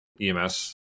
EMS